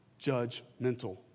judgmental